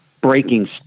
breaking